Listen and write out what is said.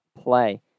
play